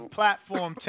platform